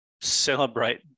celebrate